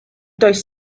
does